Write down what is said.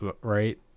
right